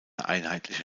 einheitliche